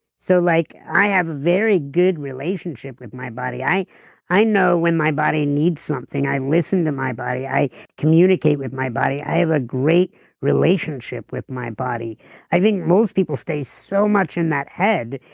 so like i have a very good relationship with my body, i i know when my body needs something. i listen to my body, i communicate with my body. i have a great relationship with my body. i think most people stay so much in that head,